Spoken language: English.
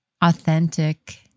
authentic